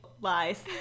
lies